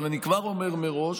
אבל אני כבר אומר מראש